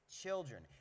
children